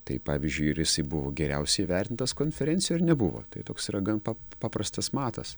tai pavyzdžiui ir jisai buvo geriausiai įvertintas konferencijoj ar nebuvo tai toks yra gan pap paprastas matas